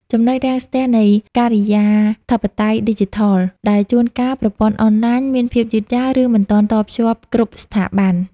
ចំណុចរាំងស្ទះនៃ "ការិយាធិបតេយ្យឌីជីថល" ដែលជួនកាលប្រព័ន្ធអនឡាញមានភាពយឺតយ៉ាវ ឬមិនទាន់តភ្ជាប់គ្នាគ្រប់ស្ថាប័ន។